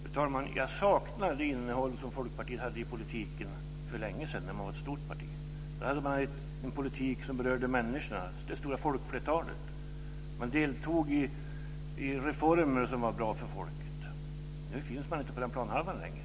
Fru talman! Jag saknar det innehåll som Folkpartiet hade i politiken för länge sedan, när det var ett stort parti. Då förde man en politik som berörde människorna - det stora folkflertalet. Folkpartiet deltog i reformer som var bra för folket. Nu finns man inte på den planhalvan längre.